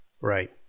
Right